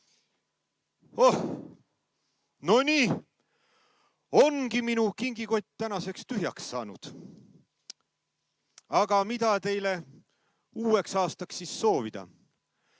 No nii. Ongi minu kingikott tänaseks tühjaks saanud. Aga mida teile uueks aastaks siis soovida?